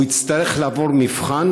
יצטרך לעבור מבחן